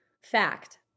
fact